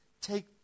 take